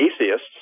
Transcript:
atheists